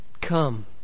come